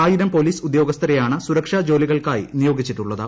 ആയിരം പൊലീസ് ഉദ്യോഗസ്ഥരെയാണ് സുരക്ഷാ ജോലികൾക്കായി നിയോഗിച്ചിട്ടുള്ളത്